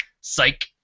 psych